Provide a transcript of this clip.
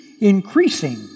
increasing